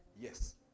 yes